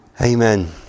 Amen